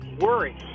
worry